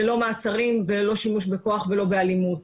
ללא מעצרים וללא שימוש בכוח ולא באלימות.